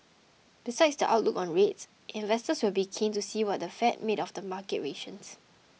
besides the outlook on rates investors will be keen to see what the fed made of the market gyrations